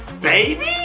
baby